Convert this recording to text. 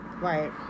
Right